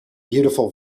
beautiful